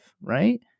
right